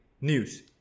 news